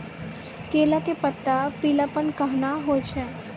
केला के पत्ता पीलापन कहना हो छै?